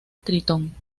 tritón